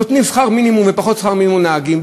נותנים שכר מינימום או פחות משכר מינימום לנהגים,